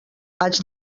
haig